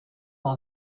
all